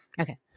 Okay